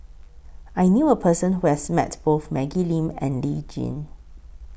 I knew A Person Who has Met Both Maggie Lim and Lee Tjin